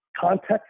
context